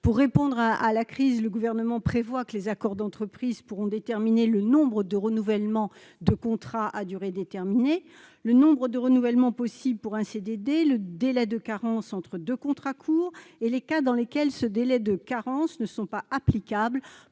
Pour répondre à la crise, le Gouvernement prévoit que les accords d'entreprise pourront déterminer le nombre de renouvellements de contrats à durée déterminée. Le nombre de renouvellements possibles pour un CDD, le délai de carence entre deux contrats courts et les cas dans lesquels ce délai de carence n'est pas applicable